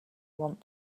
want